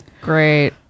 Great